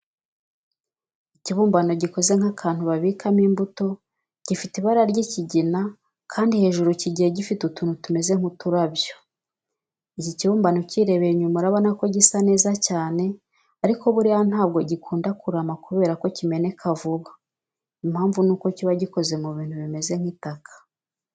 Ikibumbano gikoze nk'akantu babikamo imbuto, gifite ibara ry'ikigina kandi hejuru kigiye gifite utuntu tumeze nk'uturabyo. Iki kibumbano ukirebeye inyuma urabona ko gisa neza cyane ariko buriya ntabwo gikunda kurama kubera ko kimeneka vuba. Impamvu nuko kiba gikoze mu bintu bimeze nk'itaka.